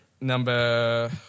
Number